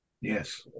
Yes